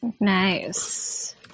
Nice